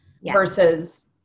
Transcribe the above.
versus